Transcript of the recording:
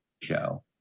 show